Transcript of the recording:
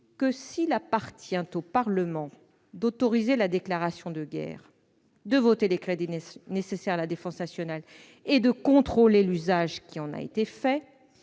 que, s'il appartient au Parlement d'autoriser la déclaration de guerre, de voter les crédits nécessaires à la défense nationale et de contrôler l'usage qui en a été fait,